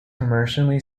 commercially